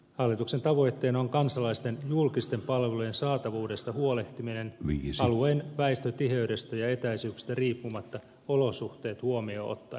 hallituksen tavoitteena on kansalaisten julkisten palvelujen saatavuudesta huolehtiminen alueen väestötiheydestä ja etäisyyksistä riippumatta olosuhteet huomioon ottaen